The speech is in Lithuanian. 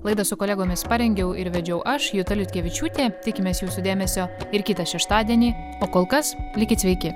laidas su kolegomis parengiau ir vedžiau aš juta liutkevičiūtė tikimės jūsų dėmesio ir kitą šeštadienį o kol kas likit sveiki